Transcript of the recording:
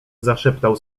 zaszeptał